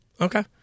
Okay